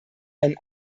einen